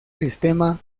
sistema